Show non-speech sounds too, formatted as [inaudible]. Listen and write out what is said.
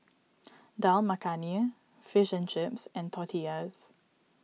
[noise] Dal Makhani Fish and Chips and Tortillas